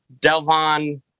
delvon